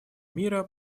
мира